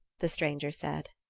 the stranger said.